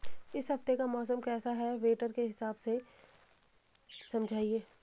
इस हफ्ते का मौसम कैसा है वेदर के हिसाब से समझाइए?